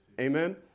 Amen